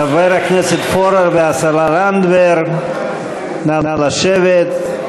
חבר הכנסת פורר והשרה לנדבר, נא לשבת.